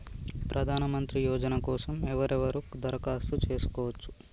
ప్రధానమంత్రి యోజన కోసం ఎవరెవరు దరఖాస్తు చేసుకోవచ్చు?